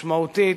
משמעותית,